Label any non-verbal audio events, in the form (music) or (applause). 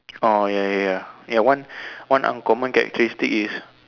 oh ya ya ya ya one (breath) one uncommon characteristic is